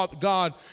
God